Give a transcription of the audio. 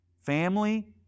Family